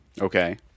Okay